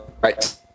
right